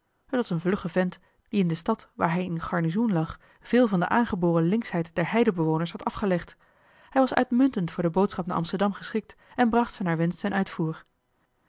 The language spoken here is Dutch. het was een vlugge vent die in de stad waar hij in garnizoen lag veel van de aangeboren linkschheid der heidebewoners had afgelegd hij was uitmuntend voor de boodschap naar amsterdam geschikt en bracht ze naar wensch ten uitvoer